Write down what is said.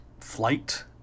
flight